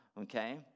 okay